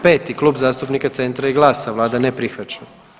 5. Klub zastupnika Centra i GLAS-a vlada ne prihvaća.